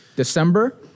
December